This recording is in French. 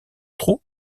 trou